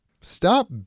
Stop